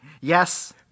Yes